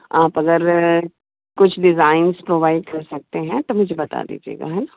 आप अगर कुछ डिज़ाइन्स प्रोवाइड कर सकते हैं तो मुझे बता दीजिेगा है ना